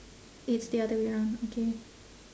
it's the other way round okay